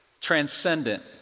transcendent